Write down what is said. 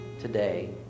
today